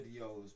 videos